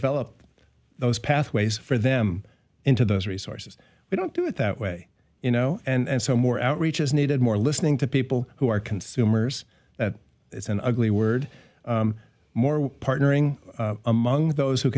elop those pathways for them into those resources we don't do it that way you know and so more outreach is needed more listening to people who are consumers that it's an ugly word more partnering among those who